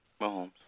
Mahomes